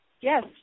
yes